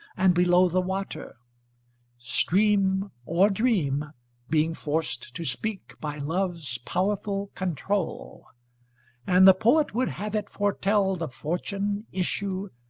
and below the water stream or dream being forced to speak by love's powerful control and the poet would have it foretell the fortune, issue,